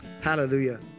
Hallelujah